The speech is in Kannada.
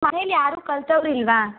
ಮನೆಲ್ಲಿ ಯಾರೂ ಕಲ್ತವ್ರಿಲ್ವಾ